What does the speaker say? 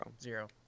zero